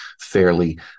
fairly